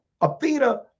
Athena